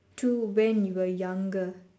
to when you were younger